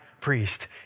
priest